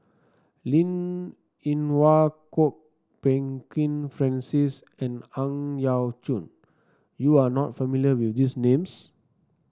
Linn In Hua Kwok Peng Kin Francis and Ang Yau Choon You are not familiar with these names